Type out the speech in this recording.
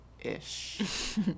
ish